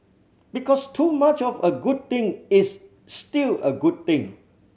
because too much of a good thing is still a good thing